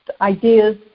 ideas